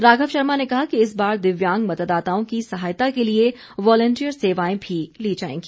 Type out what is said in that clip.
राघव शर्मा ने कहा कि इस बार दिव्यांग मतदाताओं की सहायता के लिए वॉलंटियर सेवाएं भी ली जाएगी